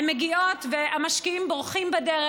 הן מגיעות והמשקיעים בורחים בדרך.